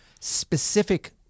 specific